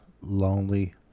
lonely